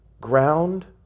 ground